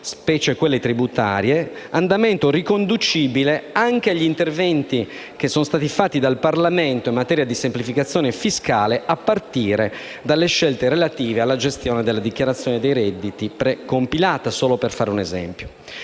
(specie quelle tributarie); andamento riconducibile anche agli interventi che sono stati fatti dal Parlamento in materia di semplificazione fiscale, a partire dalle scelte relative alla gestione della dichiarazione dei redditi precompilata (solo per fare un esempio).